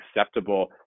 acceptable